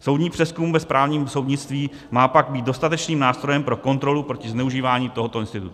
Soudní přezkum ve správním soudnictví má pak být dostatečným nástrojem pro kontrolu proti zneužívání tohoto institutu.